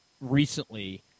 recently